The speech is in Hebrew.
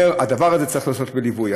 אומרים: הדבר הזה צריך להיעשות בליווי.